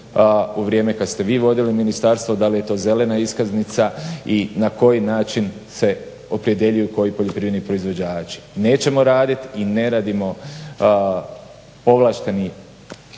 u vrijeme kad ste vi vodili ministarstvo, da li je to zelena iskaznica i na koji način se opredjeljuju koji poljoprivredni proizvođači. Nećemo radit i ne radimo povlašteni